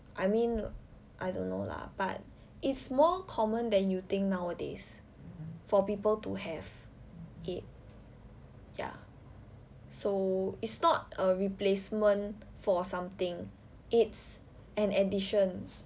I mean I don't know lah but it's more common than you think nowadays for people to have it ya so it's not a replacement for something it's an addition